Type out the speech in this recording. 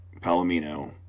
Palomino